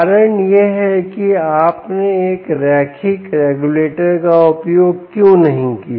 कारण यह है की आपने एक रैखिक रेगुलेटर का उपयोग क्यों नहीं किया